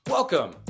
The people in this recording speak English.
Welcome